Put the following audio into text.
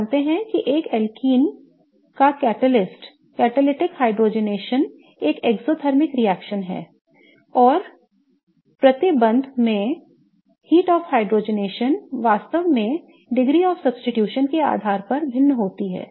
हम जानते हैं कि एक alkene का उत्प्रेरक हाइड्रोजनीकरण एक एक्सोथर्मिक रिएक्शन है और प्रति बंध में heat of hydrogenation वास्तव में प्रतिस्थापन की डिग्री के आधार पर भिन्न होती है